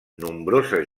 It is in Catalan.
nombroses